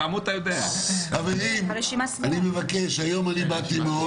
חברים, היום באתי מאוד